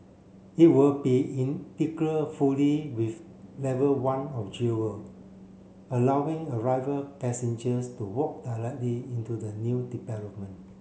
it will be fully with level one of Jewel allowing arriver passengers to walk directly into the new development